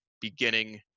beginning